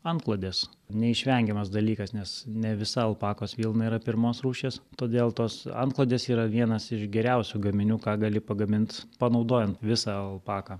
antklodes neišvengiamas dalykas nes ne visa alpakos vilna yra pirmos rūšies todėl tos antklodės yra vienas iš geriausių gaminių ką gali pagaminti panaudojant visą alpaką